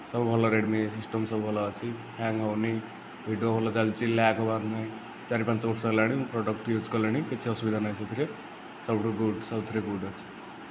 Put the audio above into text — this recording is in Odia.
ସବୁ ଭଲ ରେଡ଼୍ ମି ସିଷ୍ଟମ ସବୁ ଭଲ ଅଛି ହ୍ୟାଙ୍ଗ ହେଉନି ଭିଡ଼ିଓ ଭଲ ଚାଲିଛି ଲ୍ୟାଗ ହେବାର ନାହିଁ ଚାରି ପାଞ୍ଚ ବର୍ଷ ହେଲାଣି ମୁଁ ପ୍ରଡ଼କ୍ଟ ୟୁଜ୍ କଲିଣି କିଛି ଅସୁବିଧା ନାହିଁ ସେଥିରେ ସବୁଠୁ ଗୁଡ଼୍ ସବୁଥିରେ ଗୁଡ଼୍ ଅଛି